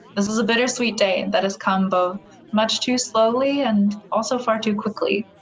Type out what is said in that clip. this is a bittersweet day that has come both much too slowly, and also far too quickly.